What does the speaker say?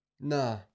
Nah